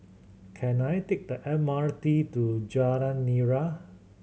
can I take the M R T to Jalan Nira